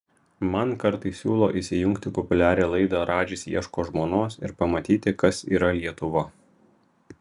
man kartais siūlo įsijungti populiarią laidą radžis ieško žmonos ir pamatyti kas yra lietuva